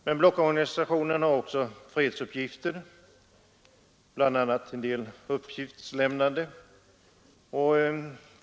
Men blockorganisationen har också fredsuppgifter, bl.a. en del uppgiftslämnande.